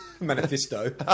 Manifesto